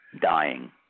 dying